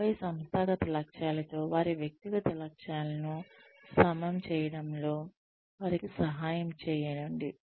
ఆపై సంస్థాగత లక్ష్యాలతో వారి వ్యక్తిగత లక్ష్యాలను సమం చేయడంలో వారికి సహాయపడండి